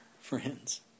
friends